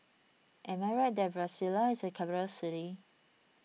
am I right that Brasilia is a capital city